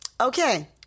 Okay